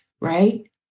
right